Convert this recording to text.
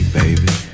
baby